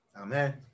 Amen